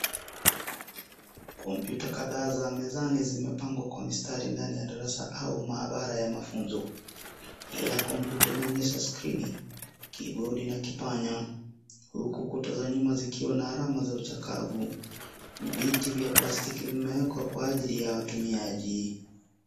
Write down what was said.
Kompyuta kadhaa za mezani zimepangwa kwa mistari ndani ya darasa au maabara ya mafunzo, kila kompyuta inaonyesha skrini, kibodi na kipanya, huku kuta za nyuma zikiwa na alama za uchakavu, viti vya plastiki vimeekwa kwa ajili ya watumiaji.